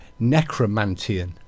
necromantian